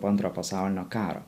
po antro pasaulinio karo